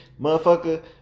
motherfucker